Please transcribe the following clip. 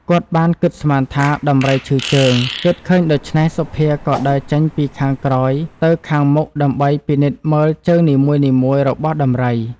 គាត់បាន គិតស្មានថាដំរីឈឺជើង គិតឃើញដូច្នេះសុភាក៏ដើរចេញពីខាងក្រោយ ទៅខាងមុខដើម្បីពិនិត្យមើលជើងនីមួយៗរបស់ដំរី ។